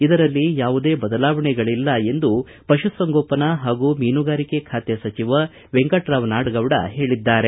ಇದರಲ್ಲಿ ಯಾವುದೇ ಬದಲಾವಣೆಗಳಲ್ಲ ಎಂದು ಪಶುಸಂಗೋಪನಾ ಹಾಗೂ ಮೀನುಗಾರಿಕೆ ಖಾತೆ ಸಚಿವ ವೆಂಕಟರಾವ್ ನಾಡಗೌಡ ಹೇಳಿದ್ದಾರೆ